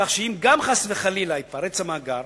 כך שגם אם חס וחלילה ייפרץ המאגר,